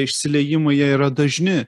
išsiliejimai jie yra dažni